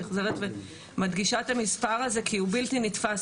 אני חוזרת ומדגישה את המספר הזה כי הוא בלתי נתפס.